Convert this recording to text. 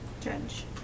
Judge